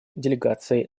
делегаций